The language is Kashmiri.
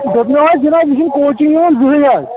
دوٚپمو حَظ جِناب یہِ چھُنہٕ کوچِنٛگ یِوان زٕہٕنۍ حَظ